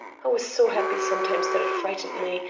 i was so happy sometimes that it frightened me,